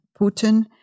Putin